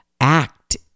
act